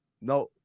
No